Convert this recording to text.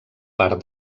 part